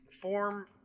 form